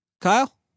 Kyle